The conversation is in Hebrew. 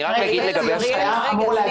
-- ואני יודעת שזו ועדה שקשה להתפרץ בה,